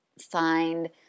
find